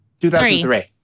2003